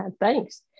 Thanks